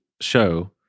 show